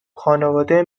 خانواده